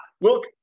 Look